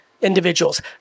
individuals